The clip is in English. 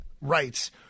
rights